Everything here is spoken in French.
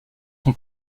son